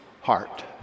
heart